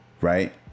right